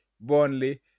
Burnley